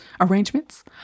arrangements